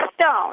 stone